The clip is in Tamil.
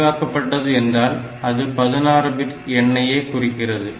விரிவாக்கப்பட்டது என்றால் அது 16 பிட் எண்ணையே குறிக்கிறது